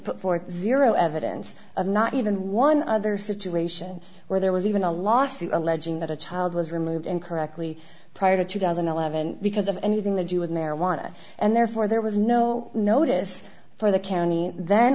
put forth zero evidence of not even one other situation where there was even a lawsuit alleging that a child was removed incorrectly prior to two thousand and eleven because of anything to do with marijuana and therefore there was no notice for the county th